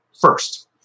first